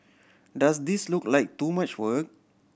does this look like too much work